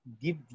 give